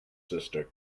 sister